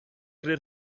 greu